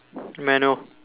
manual